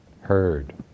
heard